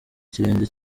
ikirenge